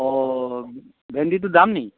অঁ ভেন্দিটো দাম নেকি